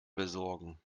besorgen